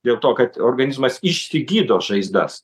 dėl to kad organizmas išsigydo žaizdas